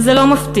וזה לא מפתיע,